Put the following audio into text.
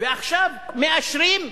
ועכשיו מאשרים,